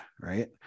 right